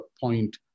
point